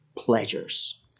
pleasures